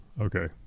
okay